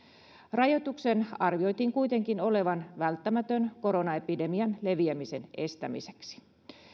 rajoituksen arvioitiin kuitenkin olevan välttämätön koronaepidemian leviämisen estämiseksi